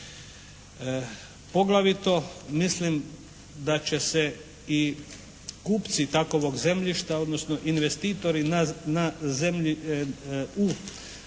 Poglavito mislim da će se i kupci takovog zemljišta odnosno investitori na,